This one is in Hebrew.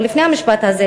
או לפני המשפט הזה,